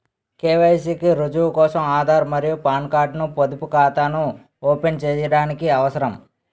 KYC కి రుజువు కోసం ఆధార్ మరియు పాన్ కార్డ్ ను పొదుపు ఖాతాను ఓపెన్ చేయడానికి అవసరం